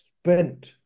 spent